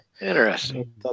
Interesting